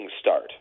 start